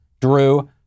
Drew